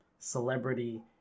celebrity